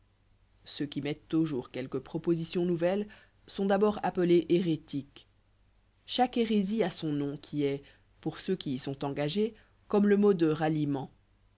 ceux qui mettent au jour quelque proposition nouvelle sont d'abord appelés hérétiques chaque hérésie a son nom qui est pour ceux qui y sont engagés comme le mot de ralliement